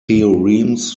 theorems